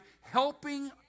helping